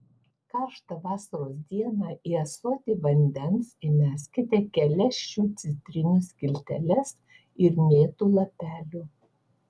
karštą vasaros dieną į ąsotį vandens įmeskite kelias šių citrinų skilteles ir mėtų lapelių